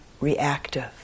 reactive